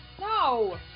No